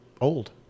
old